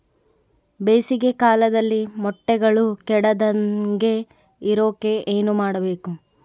ಬೇಸಿಗೆ ಕಾಲದಲ್ಲಿ ಮೊಟ್ಟೆಗಳು ಕೆಡದಂಗೆ ಇರೋಕೆ ಏನು ಮಾಡಬೇಕು?